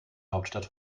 hauptstadt